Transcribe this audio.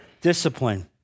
discipline